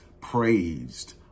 praised